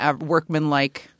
workmanlike